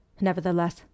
Nevertheless